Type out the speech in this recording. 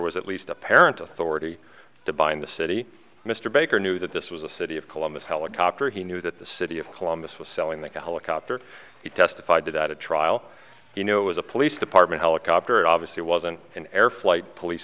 was at least apparent authority to bind the city mr baker knew that this was a city of columbus helicopter he knew that the city of columbus was selling the helicopter he testified to that a trial you know it was a police department helicopter it obviously wasn't an air flight police